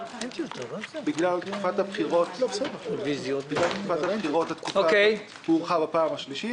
בגלל תקופת הבחירות התקופה הוארכה בפעם השלישית.